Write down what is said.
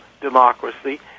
democracy